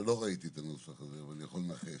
לא ראיתי את הנוסח הזה, אבל אני יכול לנחש.